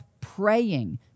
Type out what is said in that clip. praying